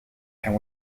and